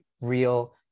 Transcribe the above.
real